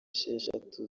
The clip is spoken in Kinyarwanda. esheshatu